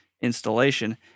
installation